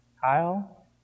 Kyle